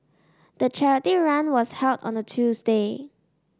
the charity run was held on a Tuesday